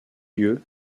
lieu